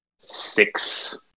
six